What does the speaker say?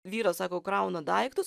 vyras sako krauna daiktus